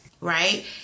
right